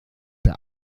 der